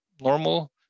normal